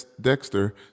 Dexter